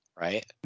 right